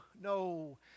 no